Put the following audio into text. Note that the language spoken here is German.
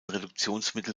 reduktionsmittel